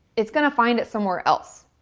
it's going to find it somewhere else.